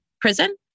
prison